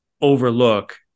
overlook